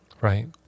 Right